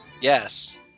Yes